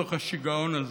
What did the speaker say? בתוך השיגעון הזה.